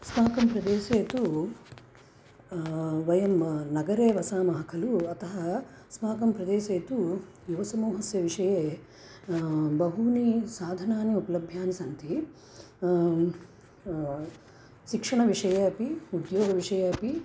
अस्माकं प्रदेशे तु वयं नगरे वसामः खलु अतः अस्माकं प्रदेशे तु युवसमूहस्य विषये बहूनि साधनानि उपलभ्यानि सन्ति शिक्षणविषये अपि उद्योगविषये अपि